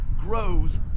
grows